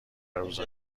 روز